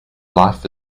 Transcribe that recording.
life